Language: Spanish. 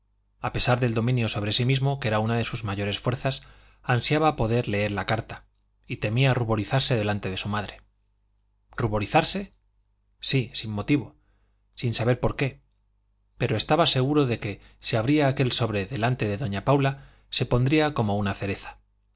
a pesar del dominio sobre sí mismo que era una de sus mayores fuerzas ansiaba poder leer la carta y temía ruborizarse delante de su madre ruborizarse sí sin motivo sin saber por qué pero estaba seguro de que si abría aquel sobre delante de doña paula se pondría como una cereza